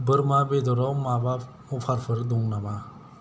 बोरमा बेद'राव माबा अफारफोर दं नामा